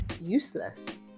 useless